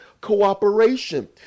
cooperation